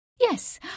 Yes